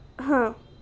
हां